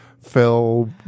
Phil